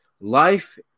life